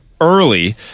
early